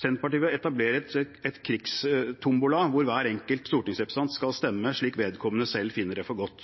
Senterpartiet vil etablere en krigstombola hvor hver enkelt stortingsrepresentant skal stemme slik vedkommende selv finner for godt.